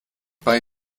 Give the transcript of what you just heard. bei